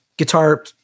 guitar